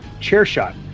CHAIRSHOT